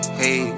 hey